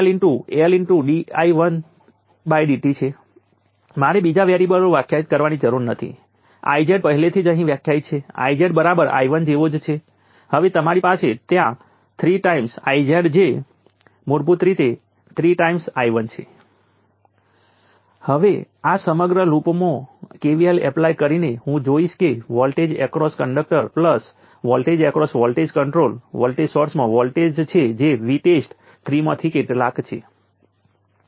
પછી આપણે આ વિસ્તારની ગણતરી કરવી પડશે આપણે તેને આ રીતે કરવાની જરૂર નથી કારણ કે આપણે પહેલાથી જ જાણીએ છીએ કે જો કેપેસિટર વોલ્ટેજનું ચોક્કસ મૂલ્ય આપણે જોઈએ છીએ તો તેમાં સંગ્રહિત એનર્જી 12CVc2 હશે જે આપણે 0 વોલ્ટથી શરૂઆત કરી હતી જે Vc માં જાય છે